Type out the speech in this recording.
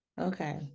Okay